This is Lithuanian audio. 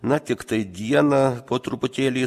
na tiktai dieną po truputėlį